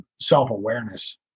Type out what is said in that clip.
self-awareness